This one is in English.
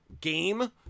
game